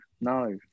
no